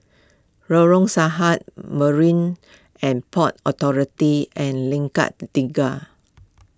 Lorong Sarhad Marine and Port Authority and Lengkok Tiga